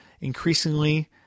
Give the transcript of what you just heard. increasingly